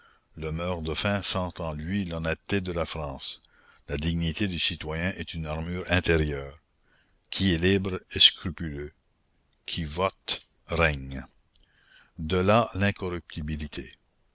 le meurt-de-faim sent en lui l'honnêteté de la france la dignité du citoyen est une armure intérieure qui est libre est scrupuleux qui vote règne de là